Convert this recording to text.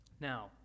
Now